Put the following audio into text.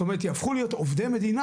זאת אומרת יהפכו להיות עובדי מדינה,